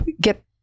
get